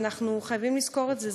ואנחנו חייבים לזכור את זה,